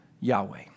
Yahweh